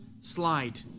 slide